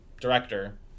director